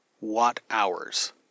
watt-hours